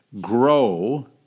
grow